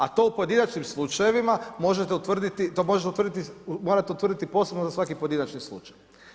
A to u pojedinačnim slučajevima možete utvrditi, to možete utvrditi, to morate utvrditi posebno za svaki pojedinačni slučaj.